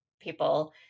people